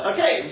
Okay